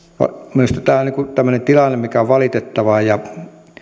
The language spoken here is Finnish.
minusta tämmöinen tilanne on valitettava ja